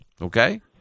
Okay